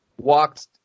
walked